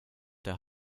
der